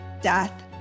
death